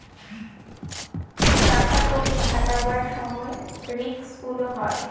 টাকা কড়ি খাটাবার সময় রিস্ক গুলো হয়